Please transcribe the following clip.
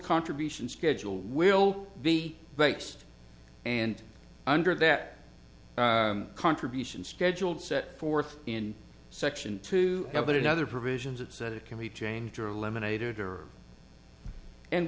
contribution schedule will be based and under that contribution scheduled set forth in section two of it other provisions of said it can be changed or lemonade or and